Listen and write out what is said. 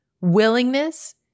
willingness